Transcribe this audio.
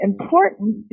important